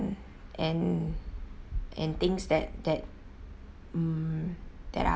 and and things that that mm that are